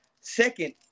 second